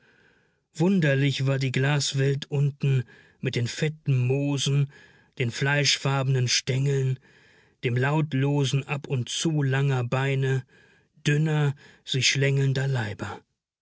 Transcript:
wunderlich war die glaswelt unten mit den fetten moosen den fleischfarbenen stengeln dem lautlosen abundzu langer beine dünner sich schlängelnder leiber